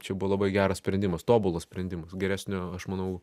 čia buvo labai geras sprendimas tobulas sprendimas geresnio aš manau